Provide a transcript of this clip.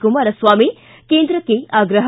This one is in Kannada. ಕುಮಾರಸ್ವಾಮಿ ಕೇಂದ್ರಕ್ಕೆ ಆಗ್ರಹ